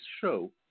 show